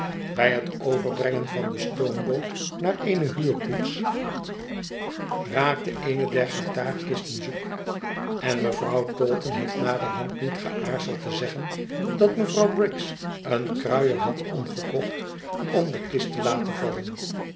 bij het overbrengen van de stoomboot naar eene huurkoets raakte eene der guitarkisten zoek en mevrouw taunton heeft naderhand niet geaarzeld te zeggen dat mevrouw briggs een kruier had omgekocht om de kist te laten vallen